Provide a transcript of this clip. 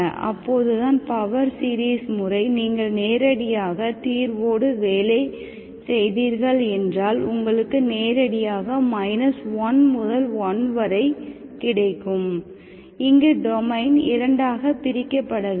அப்போதுதான் power series முறை நீங்கள் நேரடியாக தீர்வோடு வேலை செய்தீர்கள் என்றால் உங்களுக்கு நேரடியாக 1 முதல் 1 வரை கிடைக்கும் இங்கு டொமைன் இரண்டாக பிரிக்கப்படவில்லை